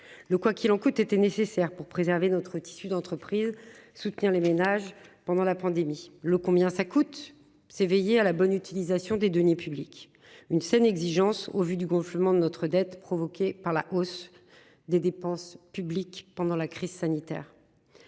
Le quoi qu'il en coûte était nécessaire pour préserver notre tissu d'entreprises, soutenir les ménages pendant la pandémie. Le combien ça coûte, c'est veiller à la bonne utilisation des deniers publics. Une scène exigence au vue du gonflement de notre dette provoquée par la hausse des dépenses publiques pendant la crise sanitaire.